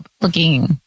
looking